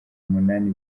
umunani